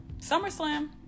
SummerSlam